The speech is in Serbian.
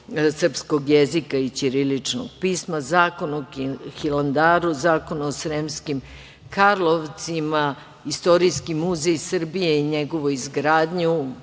srpskog jezika i ćiriličnog pisma, Zakon o Hilandaru, Zakon o Sremskim Karlovcima. Istorijski muzej Srbije i njegovu izgradnju,